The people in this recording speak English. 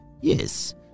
yes